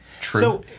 true